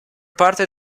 parte